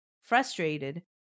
Frustrated